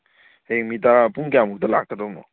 ꯍꯌꯦꯡ ꯃꯤ ꯇꯔꯥ ꯄꯨꯡ ꯀꯌꯥꯃꯨꯛꯇ ꯂꯥꯛꯀꯗꯕꯅꯣ